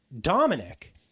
Dominic